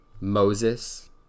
Moses